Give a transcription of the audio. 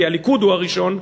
כי הליכוד הוא הראשון,